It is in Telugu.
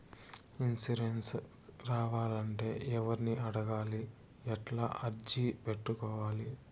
ఇన్సూరెన్సు రావాలంటే ఎవర్ని అడగాలి? ఎట్లా అర్జీ పెట్టుకోవాలి?